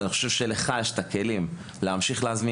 ויש לך את מה שנחוץ כדי להמשיך להביא